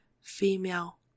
female